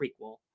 prequel